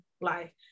life